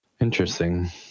Interesting